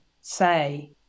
say